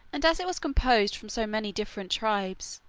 and as it was composed from so many different tribes,